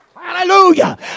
Hallelujah